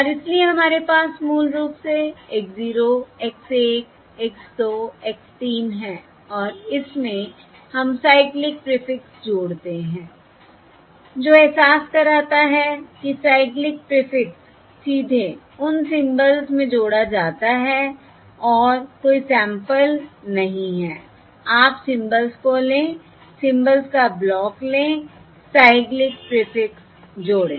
और इसलिए हमारे पास मूल रूप से x 0 x 1 x 2 x 3 हैं और इसमें हम साइक्लिक प्रीफिक्स जोड़ते हैं जो एहसास कराता है कि साइक्लिक प्रीफिक्स सीधे उन सिम्बल्स में जोड़ा जाता है और कोई सैंपल्स नहीं हैं आप सिम्बल्स को लें सिम्बल्स का ब्लॉक लें साइक्लिक प्रीफिक्स जोड़ें